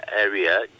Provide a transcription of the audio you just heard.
area